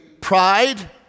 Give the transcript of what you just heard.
pride